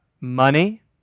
money